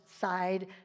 side